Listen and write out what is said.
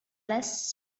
less